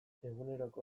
eguneroko